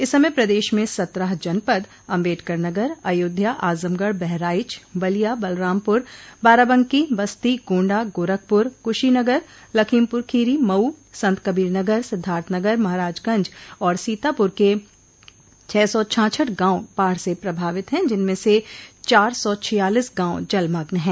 इस समय प्रदेश में सत्रह जनपद अम्बेडकरनगर अयोध्या आजमगढ़ बहराइच बलिया बलरामपुर बाराबंकी बस्ती गोण्डा गोरखपुर कुशीनगर लखीमपुर खीरी मऊ संतकबीर नगर सिद्धार्थनगर महराजगंज और सीतापुर के छह सौ छाछठ गांव बाढ़ से प्रभावित हैं जिनमें से चार सौ छियालीस गांव जलमग्न हैं